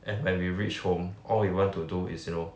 and when we reach home all you want to do is you know